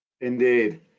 Indeed